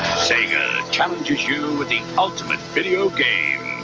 sega challenges you with the ultimate video game.